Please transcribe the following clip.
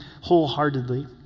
wholeheartedly